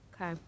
Okay